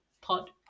pod